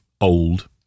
old